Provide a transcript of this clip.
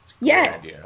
yes